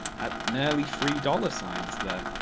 at nearly three dollar signs there,